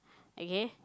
okay